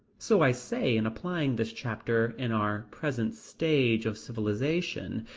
so i say in applying this chapter, in our present stage of civilization,